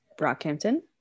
Brockhampton